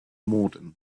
morden